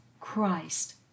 Christ